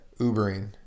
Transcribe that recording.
Ubering